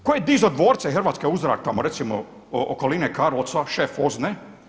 Tko je dizao dvorce hrvatske u zrak tamo recimo okoline Karlovca, šef Ozne?